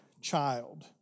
child